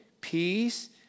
peace